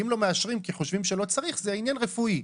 אבל אם לא מאשרים כי חושבים שלא צריך זה עניין רפואי.